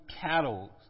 cattle